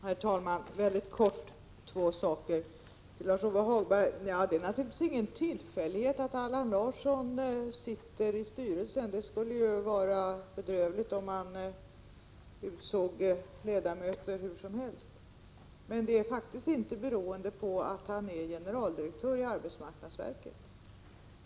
Herr talman! Jag skall mycket kortfattat nämna två saker. Till Lars-Ove Hagberg vill jag säga att det naturligtvis inte är någon tillfällighet att Allan Larsson sitter i styrelsen. Det skulle ju vara bedrövligt om man utsåg ledamöter hur som helst. Han sitter inte där på grund av att han är generaldirektör i arbetsmarknadsverket.